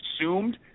assumed